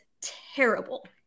terrible